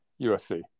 USC